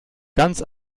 ganz